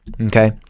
Okay